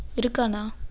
இருக்காண்ணா